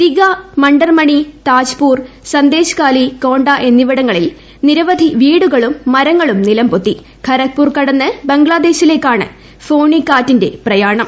ദിഗ മണ്ഡർമണി താജ്പൂർ സന്ദേശ്കാലി കോണ്ട ക്രിസിവിടങ്ങളിൽ നിരവധി വീടുകളും മരങ്ങളും നിലംപൊത്ത്രീ പ്രഖ്പൂർ കടന്ന് ബംഗ്ലാദേശിലേക്കാണ് ഫോണിക്കാറ്റിന്റെ പ്രയാണ്ം